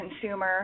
consumer